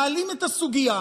מעלים את הסוגיה,